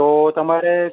તો તમારે